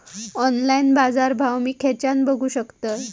Online बाजारभाव मी खेच्यान बघू शकतय?